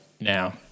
now